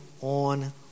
on